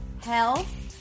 health